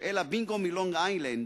מוסקוביץ, איל הבינגו מלונג-איילנד,